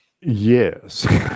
Yes